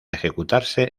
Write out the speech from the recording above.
ejecutarse